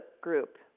group